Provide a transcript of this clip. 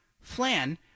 Flan